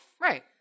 Right